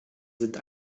sind